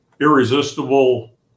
Irresistible